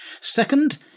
Second